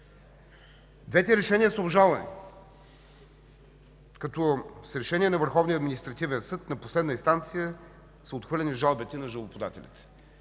Двете решения са обжалвани, като с Решение на Върховния административен съд на последна инстанция са отхвърлени жалбите на жалбоподателите.